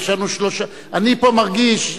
אני פה מרגיש,